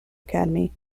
academy